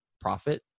profit